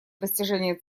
достижения